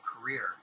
career